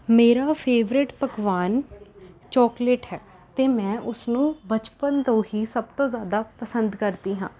ਮੇਰਾ ਫੇਵਰਟ ਪਕਵਾਨ ਚੋਕਲੇਟ ਹੈ ਅਤੇ ਮੈਂ ਉਸਨੂੰ ਬਚਪਨ ਤੋਂ ਹੀ ਸਭ ਤੋਂ ਜ਼ਿਆਦਾ ਪਸੰਦ ਕਰਦੀ ਹਾਂ